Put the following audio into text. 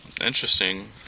interesting